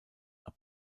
are